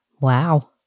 wow